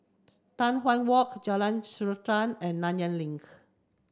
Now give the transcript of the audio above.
Tai Hwan Walk Jalan Srantan and Nanyang Link